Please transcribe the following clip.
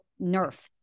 nerf